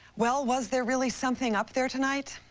well, was there really something up there tonight?